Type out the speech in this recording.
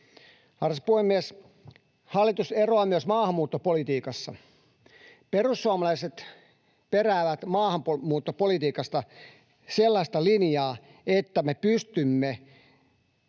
Arvoisa puhemies! Hallitus eroaa myös maahanmuuttopolitiikassa. Perussuomalaiset peräävät maahanmuuttopolitiikassa sellaista linjaa, että me pystymme